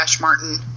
martin